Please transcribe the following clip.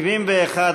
סיוע לשורדות זנות,